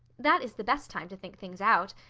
that is the best time to think things out.